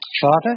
Father